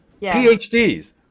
PhDs